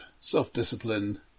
self-discipline